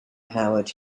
howard